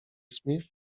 smith